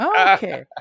Okay